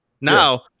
Now